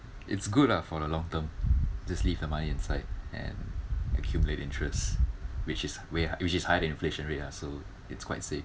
it's good lah for the long term just leave the money inside and accumulate interest which is way which is higher than inflation rate lah so it's quite safe